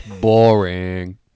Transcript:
boring